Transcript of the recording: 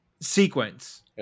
sequence